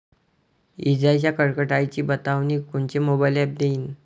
इजाइच्या कडकडाटाची बतावनी कोनचे मोबाईल ॲप देईन?